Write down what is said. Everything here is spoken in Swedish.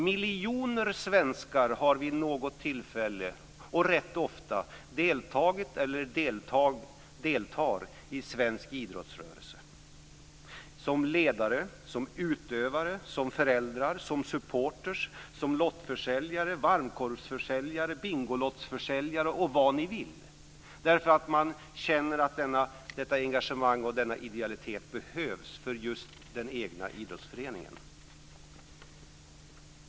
Miljoner svenskar har vid något tillfälle deltagit eller deltar rätt ofta i svensk idrottsrörelse som ledare, som utövare, som föräldrar, som supportrar, som lottförsäljare, som varmkorvsförsäljare, som bingolottsförsäljare eller vad ni vill därför att de känner att detta engagemang och denna idealitet behövs för just den egna idrottsföreningen.